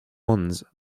ones